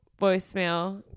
voicemail